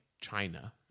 China